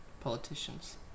politicians